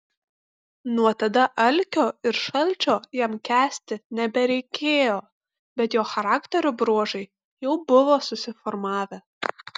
nuo tada alkio ir šalčio jam kęsti nebereikėjo bet jo charakterio bruožai jau buvo susiformavę